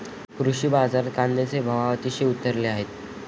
कृषी बाजारात कांद्याचे भाव अतिशय उतरले आहेत